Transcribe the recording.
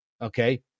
Okay